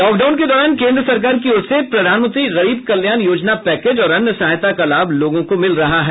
lockdown के दौरान केन्द्र सरकार की ओर से प्रधानमंत्री गरीब कल्याण योजना पैकेज और अन्य सहायता का लाभ लोगों को मिल रहा है